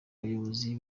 abayobozi